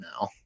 now